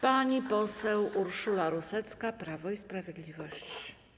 Pani poseł Urszula Rusecka, Prawo i Sprawiedliwość.